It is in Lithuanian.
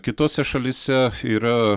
kitose šalyse yra